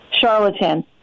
charlatan